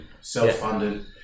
Self-funded